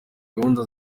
gahunda